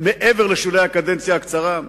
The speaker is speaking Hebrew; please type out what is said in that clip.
מעבר לשולי הקדנציה הקצרה?